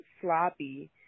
sloppy